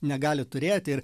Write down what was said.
negali turėti ir